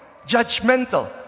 judgmental